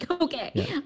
Okay